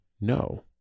no